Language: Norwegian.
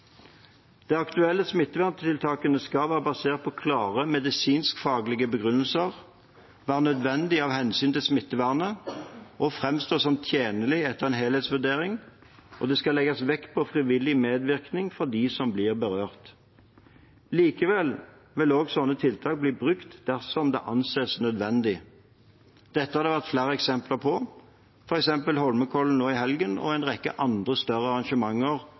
Det aktuelle smitteverntiltaket skal være basert på klare medisinskfaglige begrunnelser, være nødvendig av hensyn til smittevernet og framstå tjenlig etter en helhetsvurdering, og det skal legges vekt på frivillig medvirkning fra dem som blir berørt. Likevel vil også slike tiltak bli brukt dersom det anses nødvendig. Det har vi sett flere eksempler på, f.eks. i Holmenkollen nå i helgen og en rekke andre større arrangementer